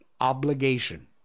obligation